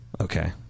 Okay